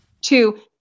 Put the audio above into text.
two